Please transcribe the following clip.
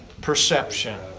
perception